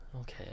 Okay